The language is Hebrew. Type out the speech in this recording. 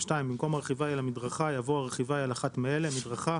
במקום "הרכיבה היא על מדרכה" יבוא "הרכיבה היא על אחת מאלה: מדרכה,